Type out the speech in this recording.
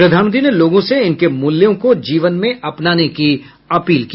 प्रधानमंत्री ने लोगों से इनके मूल्यों को जीवन में अपनाने की अपील की